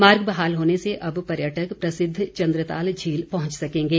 मार्ग बहाल होने से अब पर्यटक प्रसिद्व चंद्रताल झील पहुंच सकेंगे